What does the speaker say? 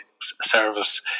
service